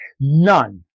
None